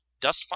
Dust